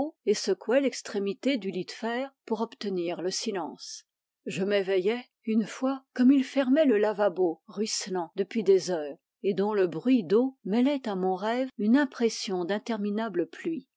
et secouait l'extrémité du lit de fer pour obtenir le silence je m'éveillai une fois comme il fermait le lavabo ruisselant depuis des heures et dont le bruit d'eau mêlait à mon rêve une impression d'interminable pluie